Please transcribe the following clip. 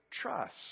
trust